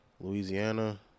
louisiana